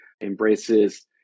embraces